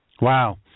Wow